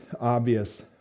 obvious